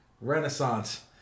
renaissance